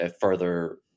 further